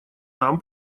нам